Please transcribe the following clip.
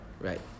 Right